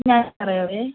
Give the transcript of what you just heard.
ഞാൻ പറയാം